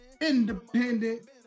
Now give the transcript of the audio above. Independent